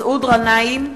מסעוד גנאים,